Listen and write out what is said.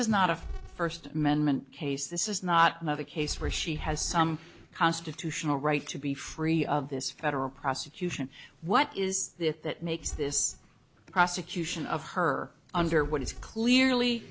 is not a first amendment case this is not another case where she has some constitutional right to be free of this federal prosecution what is it that makes this prosecution of her under what is clearly